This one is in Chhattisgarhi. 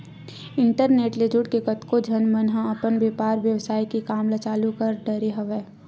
इंटरनेट ले जुड़के कतको झन मन ह अपन बेपार बेवसाय के काम ल चालु कर डरे हवय